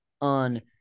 on